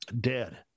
Dead